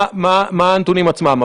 מה הנתונים עצמם?